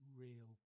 real